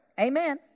Amen